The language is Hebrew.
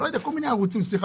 כל מיני ערוצים סליחה,